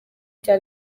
cya